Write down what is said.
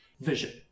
vision